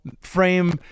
frame